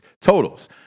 totals